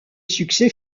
succès